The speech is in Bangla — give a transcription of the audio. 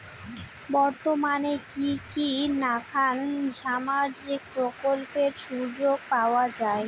বর্তমানে কি কি নাখান সামাজিক প্রকল্পের সুযোগ পাওয়া যায়?